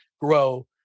grow